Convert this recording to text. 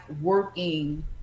working